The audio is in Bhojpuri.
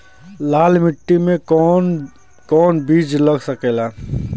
लाल मिट्टी में कौन कौन बीज लग सकेला?